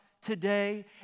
today